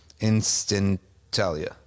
Instantalia